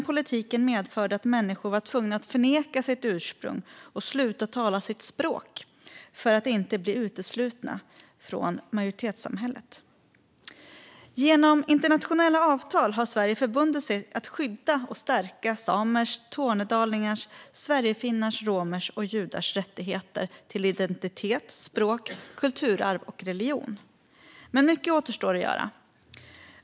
Politiken medförde att människor var tvungna att förneka sitt ursprung och sluta tala sitt språk för att inte bli uteslutna från majoritetssamhället. Genom internationella avtal har Sverige förbundit sig att skydda och stärka samers, tornedalingars, sverigefinnars, romers och judars rättigheter till identitet, språk, kulturarv och religion. Men mycket återstår att göra.